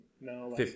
No